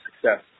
success